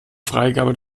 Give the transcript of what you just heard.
freigabe